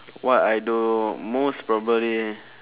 what I do most probably